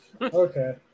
Okay